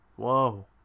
Whoa